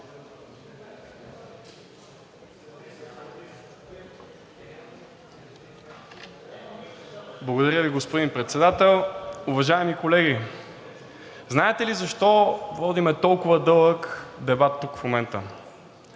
Благодаря Ви, господин Председател. Уважаеми колеги, знаете ли защо водим толкова дълъг дебат тук в момента?